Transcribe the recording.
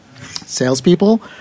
salespeople